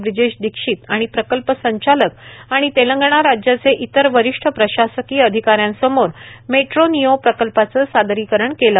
ब्रिजेश दीक्षित आणि प्रकल्प संचालक आणि तेलंगणा राज्याचे इतर वरिष्ठ प्रशासकीय अधिकाऱ्यांसमोर मेट्रो नियो प्रकल्पाचे सादरीकरण केले